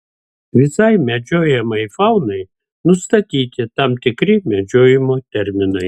visai medžiojamajai faunai nustatyti tam tikri medžiojimo terminai